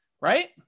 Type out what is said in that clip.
right